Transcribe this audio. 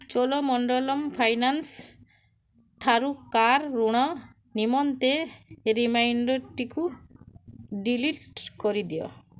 ଚୋଳମଣ୍ଡଳମ୍ ଫାଇନାନ୍ସଠାରୁ କାର୍ ଋଣ ନିମନ୍ତେ ରିମାଇଣ୍ଡର୍ଟିକୁ ଡିଲିଟ୍ କରିଦିଅ